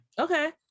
Okay